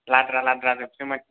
लाद्रा लाद्रा जोबसोमोन